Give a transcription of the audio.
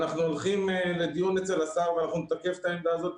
אנחנו הולכים לדיון אצל השר ואנחנו נתקף את העמדה הזאת.